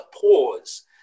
pause